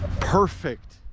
perfect